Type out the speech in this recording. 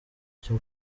cyo